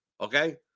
Okay